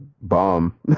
bomb